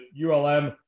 ULM